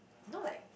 no like